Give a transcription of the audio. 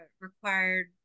required